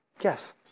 Yes